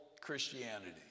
Christianity